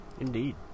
Indeed